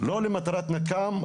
לא למטרת נקם,